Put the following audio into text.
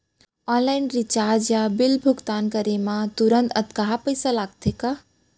Online recharge या bill भुगतान करे मा तुरंत अक्तहा पइसा लागथे का?